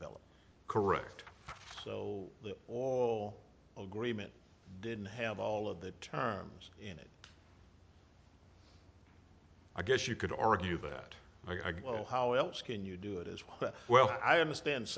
developed correct so all agreement didn't have all of the terms in it i guess you could argue that i go how else can you do it as well i understand